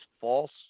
false